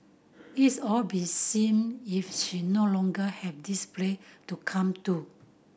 is all be seem if she no longer have this place to come to